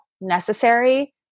necessary